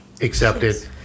accepted